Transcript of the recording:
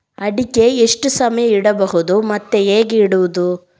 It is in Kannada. ಅಡಿಕೆ ಎಷ್ಟು ಸಮಯ ಇಡಬಹುದು ಮತ್ತೆ ಹೇಗೆ ಇಡುವುದು?